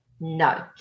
No